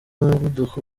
umuvuduko